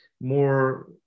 more